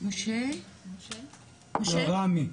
רמי?